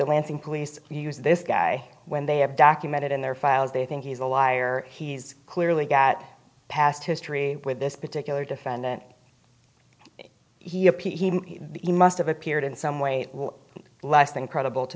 the lansing police use this guy when they have documented in their files they think he's a liar he's clearly got past history with this particular defendant he appealed he must have appeared in some way less than credible to